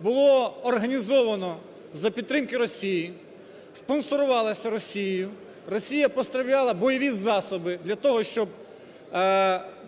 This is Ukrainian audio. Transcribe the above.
було організовано за підтримки Росії, спонсорувалось Росією, Росія поставляла бойові засоби для того, щоб